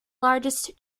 largest